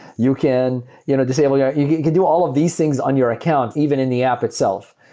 you can you know disable your you can do all of these things on your account even in the app itself.